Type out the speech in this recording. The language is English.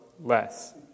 less